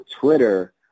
Twitter